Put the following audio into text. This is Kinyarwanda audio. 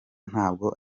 ntabwo